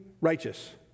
righteous